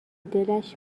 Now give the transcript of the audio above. دلش